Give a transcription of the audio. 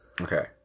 okay